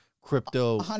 crypto